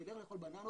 שיילך לאכול בננות,